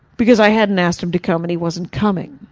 because i hadn't asked him to come, and he wasn't coming.